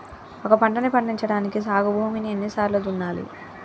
ఒక పంటని పండించడానికి సాగు భూమిని ఎన్ని సార్లు దున్నాలి?